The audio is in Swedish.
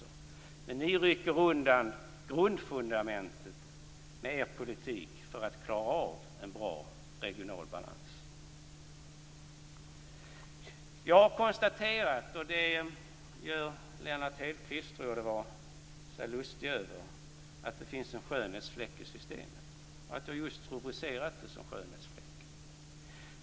Men mer er politik rycker ni undan grundfundamentet för att man skall få en bra regional balans. Jag har konstaterat att det finns en skönhetsfläck i systemet. Jag tror att det var Lennart Hedquist som gjorde sig lustig över att jag just hade rubricerat det som en skönhetsfläck.